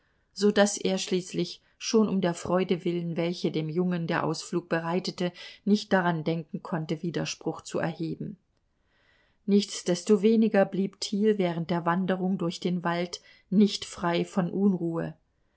so daß er schließlich schon um der freude willen welche dem jungen der ausflug bereitete nicht daran denken konnte widerspruch zu erheben nichtsdestoweniger blieb thiel während der wanderung durch den wald nicht frei von unruhe